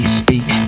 speak